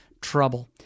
trouble